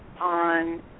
on